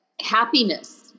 happiness